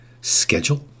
schedule